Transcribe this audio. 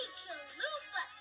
chalupa